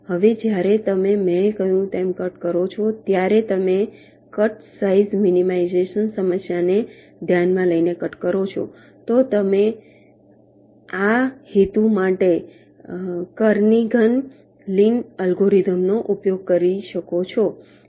હવે જ્યારે તમે મેં કહ્યું તેમ કટ કરો છો ત્યારે તમે કટ સાઈઝ મિનિમાઈઝેશન સમસ્યાને ધ્યાનમાં લઈને કટ કરો છો તો તમે આ હેતુ માટે કર્નિઘન લિન અલ્ગોરિધમનો ઉપયોગ કરી શકો છો